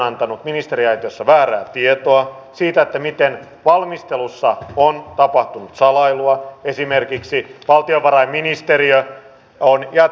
puolustusministerinä olen luonnollisesti tyytyväinen siitä positiivisesta mielenkiinnosta jonka hallinnonalani ensi vuoden talousarvioesitys on eduskunnassa saanut